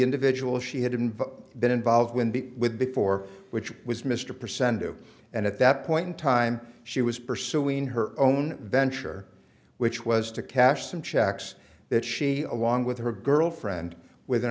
individual she hadn't been involved with with before which was mr percent of and at that point in time she was pursuing her own venture which was to cash some checks that she along with her girlfriend with an